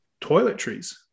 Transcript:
toiletries